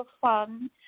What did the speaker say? fun